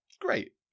Great